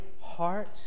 heart